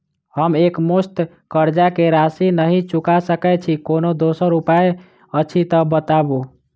हम एकमुस्त कर्जा कऽ राशि नहि चुका सकय छी, कोनो दोसर उपाय अछि तऽ बताबु?